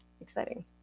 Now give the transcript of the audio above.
exciting